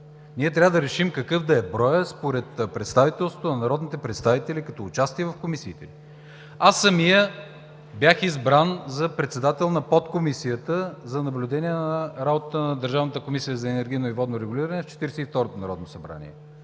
Ние трябва да решим какъв да е броят според представителството на народните представители като участие в комисиите. Аз самият бях избран за председател на Подкомисията за наблюдение на работата на Държавната комисия за енергийно и водно регулиране в Четиридесет